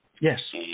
Yes